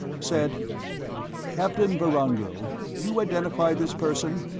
said captain vorongil, you identify this person?